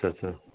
اچھا اچھا